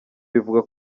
bivugwa